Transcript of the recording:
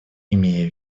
имея